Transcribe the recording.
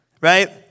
right